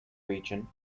region